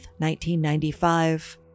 1995